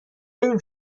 بریم